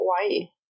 Hawaii